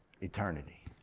eternity